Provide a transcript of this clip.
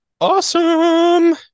awesome